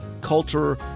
culture